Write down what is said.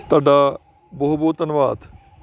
ਤੁਹਾਡਾ ਬਹੁਤ ਬਹੁਤ ਧੰਨਵਾਦ